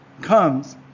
comes